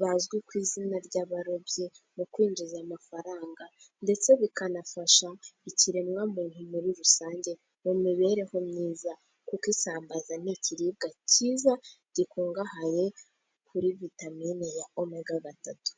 bazwi ku izina ry'abarobyi, mu kwinjiza amafaranga ndetse bikanafasha ikiremwa muntu muri rusange, mu mibereho myiza kuko isambaza ni ikiribwa cyiza, gikungahaye kuri vitamine ya omega gatatu.